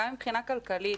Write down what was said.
גם מבחינה כלכלית,